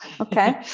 okay